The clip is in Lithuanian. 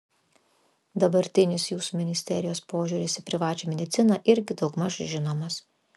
dabartinis jūsų ministerijos požiūris į privačią mediciną irgi daugmaž žinomas